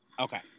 Okay